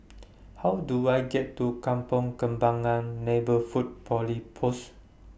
How Do I get to Kampong Kembangan Neighbourhood Police Post